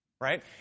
Right